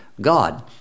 God